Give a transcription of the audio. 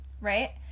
right